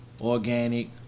organic